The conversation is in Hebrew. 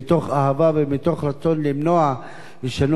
ומתוך רצון למנוע הישנות דברים כאלה.